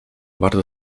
bardzo